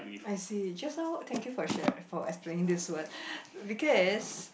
I see just now thank you for share for explaining this word because